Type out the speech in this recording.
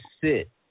sit